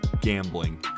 gambling